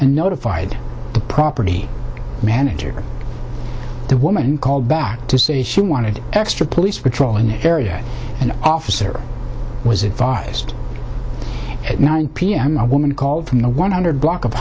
and notified the property manager the woman called back to say she wanted extra police patrolling the area an officer was advised at nine pm my woman called from the one hundred block of